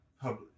public